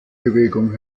bewegung